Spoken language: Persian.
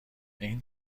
این